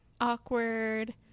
awkward